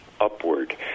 upward